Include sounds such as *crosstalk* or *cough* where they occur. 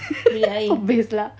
*laughs* habis lah